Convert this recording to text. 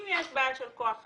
אם יש בעיה של כוח אדם,